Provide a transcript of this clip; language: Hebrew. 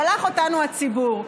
שלח אותנו הציבור.